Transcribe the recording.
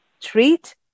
treat